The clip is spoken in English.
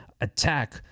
attack